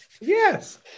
yes